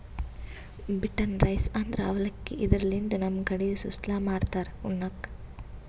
beaten rice ಅಂದ್ರ ಅವಲಕ್ಕಿ, ಇದರ್ಲಿನ್ದ್ ನಮ್ ಕಡಿ ಸುಸ್ಲಾ ಮಾಡ್ತಾರ್ ಉಣ್ಣಕ್ಕ್